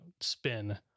spin